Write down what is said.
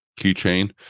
keychain